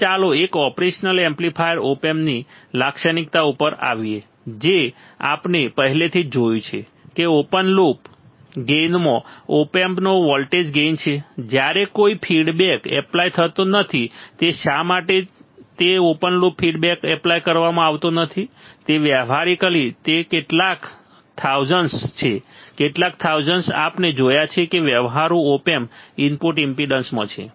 હવે ચાલો એક ઓપરેશનલ એમ્પ્લીફાયર ઓપ એમ્પની લાક્ષણિકતાઓ ઉપર આવીએ જે આપણે પહેલાથી જ જોયું છે કે ઓપન લૂપ ગેઇનમાં ઓપ એમ્પનો વોલ્ટેજ ગેઇન છે જ્યારે કોઈ ફીડબેક એપ્લાય થતો નથી તે શા માટે તે ઓપન લૂપ ફીડબેક એપ્લાય કરવામાં આવતો નથી અને વ્યવહારીકલી તે કેટલાક 1000s છે કેટલાક 1000s આપણે જોયા છે કે વ્યવહારુ ઓપ એમ્પ ઇનપુટ ઈમ્પેડન્સમાં છે